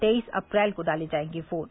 तेईस अप्रैल को डाले जायेंगे वोट